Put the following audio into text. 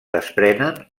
desprenen